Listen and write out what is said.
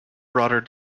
broader